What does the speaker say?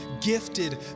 gifted